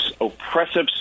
oppressive